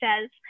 says